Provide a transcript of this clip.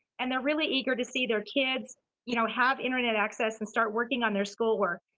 and they're really eager to see their kids you know have internet access and start working on their schoolwork.